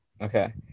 okay